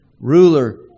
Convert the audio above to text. Ruler